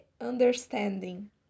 understanding